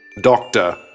Doctor